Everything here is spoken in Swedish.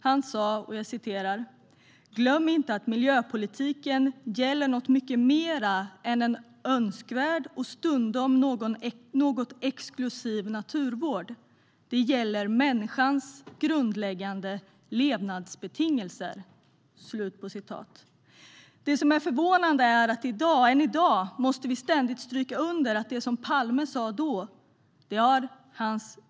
Han sa: "Glöm inte att miljöpolitiken gäller något mycket mera än en önskvärd men stundom något exklusiv naturvård. Det gäller människans grundläggande levnadsbetingelser." Det som är förvånande är att vi än i dag ständigt måste understryka det Palme sa då.